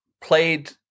played